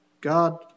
God